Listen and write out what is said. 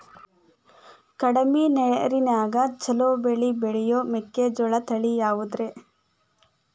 ಕಡಮಿ ನೇರಿನ್ಯಾಗಾ ಛಲೋ ಬೆಳಿ ಬೆಳಿಯೋ ಮೆಕ್ಕಿಜೋಳ ತಳಿ ಯಾವುದ್ರೇ?